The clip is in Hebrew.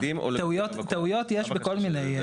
טעויות יש בכל מיני.